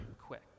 quick